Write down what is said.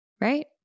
right